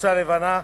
בחולצה לבנה.